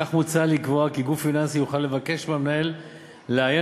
כך מוצע לקבוע כי גוף פיננסי יוכל לבקש מהמנהל לעיין